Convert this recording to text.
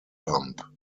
pump